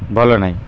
ଭଲ ନାହିଁ